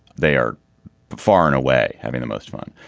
they are far and away having the most fun.